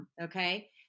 Okay